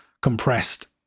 compressed